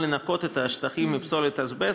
לנקות את השטחים מפסולת האזבסט,